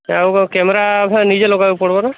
ଆଉ କ'ଣ କ୍ୟାମେରା ନିଜେ ଲଗେଇବାକୁ ପଡ଼ିବ ନା